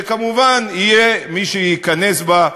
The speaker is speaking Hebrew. שכמובן יהיה מי שייכנס בה,